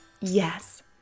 yes